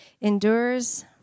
endures